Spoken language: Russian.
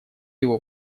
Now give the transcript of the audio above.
его